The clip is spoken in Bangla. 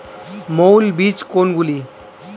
মৌল বীজ কোনগুলি?